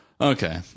Okay